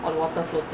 on the water floating